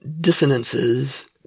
dissonances